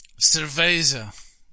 cerveza